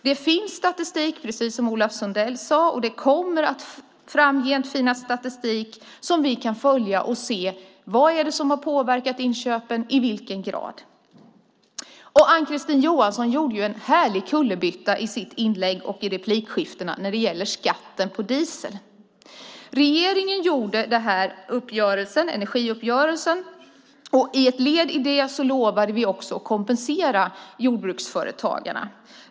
Det finns statistik, precis som Ola Sundell sade, och det kommer framgent att finnas statistik som vi kan följa, och där vi kan se vad som påverkat inköpen och i vilken grad. Ann-Kristine Johansson gjorde en härlig kullerbytta i sitt inlägg och i replikskiftena när det gäller skatten på diesel. Regeringen gjorde en energiuppgörelse, och som ett led i den lovade vi att kompensera jordbruksföretagarna.